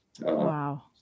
Wow